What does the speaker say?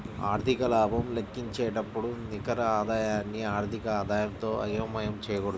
ఆర్థిక లాభం లెక్కించేటప్పుడు నికర ఆదాయాన్ని ఆర్థిక ఆదాయంతో అయోమయం చేయకూడదు